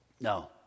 No